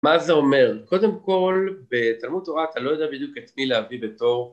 מה זה אומר? קודם כל בתלמוד תורה אתה לא יודע בדיוק את מי להביא בתור